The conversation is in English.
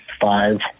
five